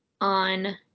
on